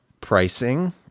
pricing